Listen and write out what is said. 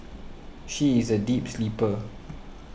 she is a deep sleeper